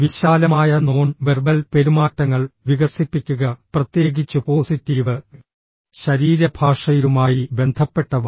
വിശാലമായ non verbal പെരുമാറ്റങ്ങൾ വികസിപ്പിക്കുക പ്രത്യേകിച്ച് പോസിറ്റീവ് ശരീരഭാഷയുമായി ബന്ധപ്പെട്ടവ